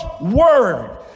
word